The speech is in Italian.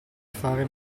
fare